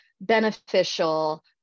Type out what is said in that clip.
beneficial